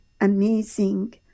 amazing